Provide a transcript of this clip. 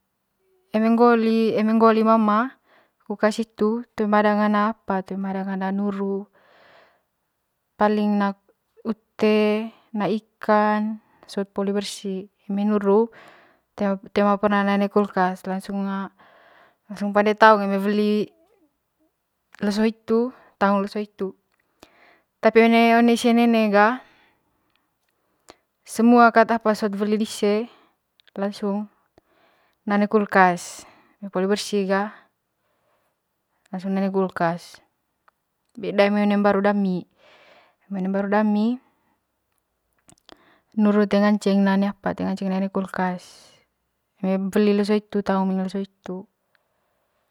Eme ngoo lim mama toe ma na'a toe ma danga na'nuru paling na ute na ikan sot poli bersi eme na nuru toe ma perna na one kulkas lansung pande taung eme weli leso hitu taung leso hitu tapi one oen ise nene ga semua kat apa sot weli dise lansung na ' on kulkas eme poli bersi ga langsung na one kulkas beda eme one mbaru dami eme one mbaru dami nuru toe ma nganceng na one apa toe ngaceng na one kulkas eme weli leso hitu taung muing leso hitu.